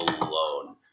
alone